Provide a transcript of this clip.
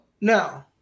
No